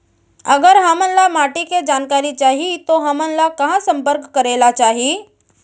अगर हमन ला माटी के जानकारी चाही तो हमन ला कहाँ संपर्क करे ला चाही?